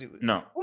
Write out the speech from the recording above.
No